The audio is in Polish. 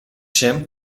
się